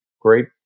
great